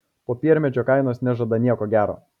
popiermedžio kainos nežada nieko gero